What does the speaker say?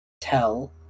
tell